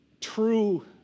true